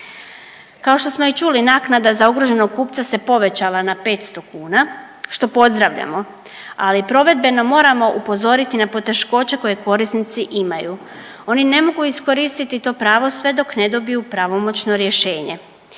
Kao što smo i čuli naknada za ugroženog kupca se povećala na 500 kuna što pozdravljamo, ali provedbeno moramo upozoriti na poteškoće koje korisnici imaju. Oni ne mogu iskoristiti to pravo sve dok ne dobiju pravomoćno rješenje.